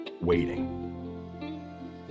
waiting